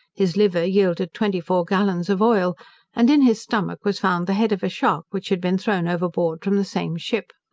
his liver yielded twenty-four gallons of oil and in his stomach was found the head of a shark, which had been thrown overboard from the same ship.